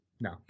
No